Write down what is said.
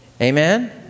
Amen